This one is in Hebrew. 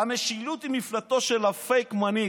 "משילות היא מפלטו של הפייק-מנהיג".